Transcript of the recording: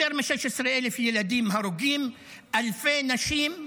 יותר מ-16,000 ילדים הרוגים, אלפי נשים,